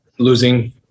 losing